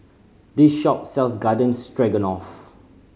this shop sells Garden Stroganoff